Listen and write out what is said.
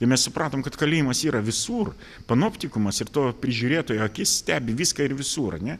ir mes supratom kad kalėjimas yra visur panoptikumas ir to prižiūrėtojo akis stebi viską ir visur ar ne